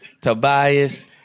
Tobias